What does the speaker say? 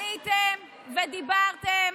עליתם ודיברתם